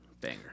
banger